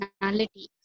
personality